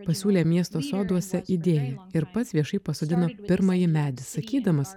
pasiūlė miesto soduose idėją ir pats viešai pasodino pirmąjį medį sakydamas